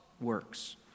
works